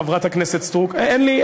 חברת כנסת סטרוק אין לי,